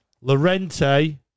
Lorente